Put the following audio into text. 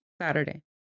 saturday